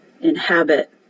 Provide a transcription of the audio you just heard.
inhabit